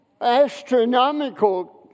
astronomical